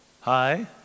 Hi